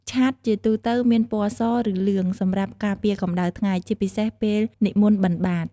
ឆ័ត្រ ជាទូទៅមានពណ៌ស ឬលឿង សម្រាប់ការពារកម្ដៅថ្ងៃ ជាពិសេសពេលនិមន្តបិណ្ឌបាត្រ។